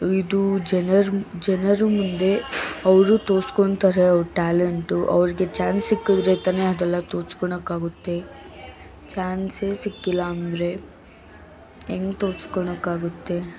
ಇದು ಜನರ ಜನರ ಮುಂದೆ ಅವರು ತೋರಿಸ್ಕೊಳ್ತಾರೆ ಅವರು ಟ್ಯಾಲೆಂಟು ಅವ್ರಿಗೆ ಚಾನ್ಸ್ ಸಿಕ್ಕಿದ್ರೆ ತಾನೇ ಅದೆಲ್ಲ ತೋರ್ಸ್ಕೊಳೋಕ್ಕೆ ಆಗುತ್ತೆ ಚಾನ್ಸೇ ಸಿಕ್ಕಿಲ್ಲ ಅಂದರೆ ಹೆಂಗೆ ತೋರ್ಸ್ಕೊಳೋಕ್ಕೆ ಆಗುತ್ತೆ